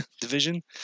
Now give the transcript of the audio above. division